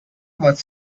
was